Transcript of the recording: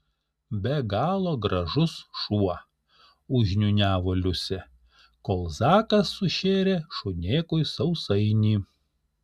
be galo gražus šuo užniūniavo liusė kol zakas sušėrė šunėkui sausainį